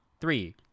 three